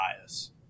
bias